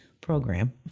program